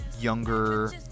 younger